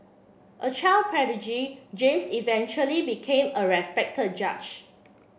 a child prodigy James eventually became a respected judge